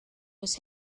was